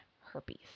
herpes